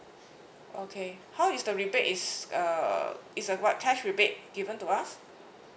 okay how is the rebate is uh it's a what cash rebate given to us